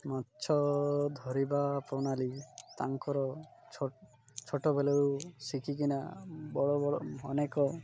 ମାଛ ଧରିବା ପ୍ରଣାଳୀ ତାଙ୍କର ଛୋଟବେଳୁ ଶିଖିକିନା ବଡ଼ ବଡ଼ ଅନେକ